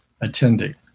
attending